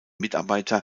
mitarbeiter